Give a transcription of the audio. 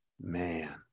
Man